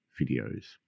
videos